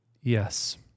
Yes